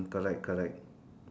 correct correct